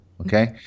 Okay